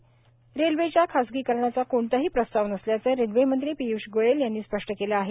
पिय्ष गोयल रेल्वेच्या खासगीकरणाचा कोणताही प्रस्ताव नसल्याचं रेल्वेमंत्री पिय्ष गोयल यांनी स्पष्ट केलं आहे